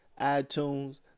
itunes